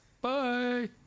bye